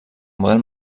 model